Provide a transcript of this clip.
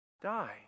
die